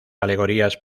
alegorías